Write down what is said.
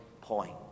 point